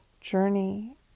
journey